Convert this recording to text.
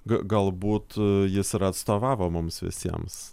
ga galbūt jis ir atstovavo mums visiems